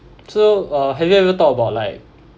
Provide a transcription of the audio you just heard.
so uh have you ever thought about like